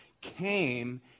came